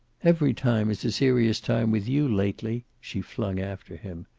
every time is a serious time with you lately, she flung after him.